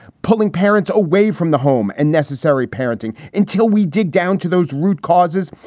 pulling parents away from the home and necessary parenting until we dig down to those root causes.